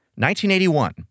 1981